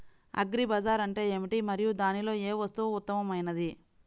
Agri bazaar అంటే ఏమిటి మరియు దానిలో ఏ వస్తువు ఉత్తమమైనది?